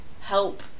help